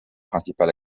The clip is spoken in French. principal